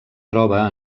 troba